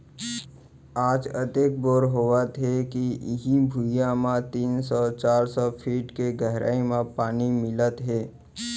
आज अतेक बोर होवत हे के इहीं भुइयां म तीन सौ चार सौ फीट के गहरई म पानी मिलत हे